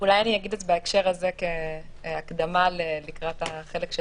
אני אגיד בהקשר הזה כהקדמה לקראת החלק של